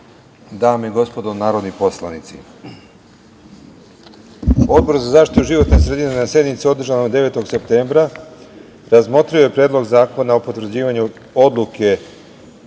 dame i gospodo narodni poslanici, Odbor za zaštitu životne sredine, na sednici održanoj 9. septembra, razmotrio je Predlog zakona o potvrđivanju Odluke